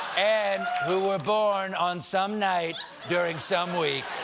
and who were born on some night during some week,